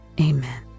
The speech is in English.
amen